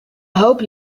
hope